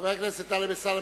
חבר הכנסת טלב אלסאנע,